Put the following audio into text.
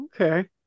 Okay